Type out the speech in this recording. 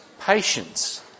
patience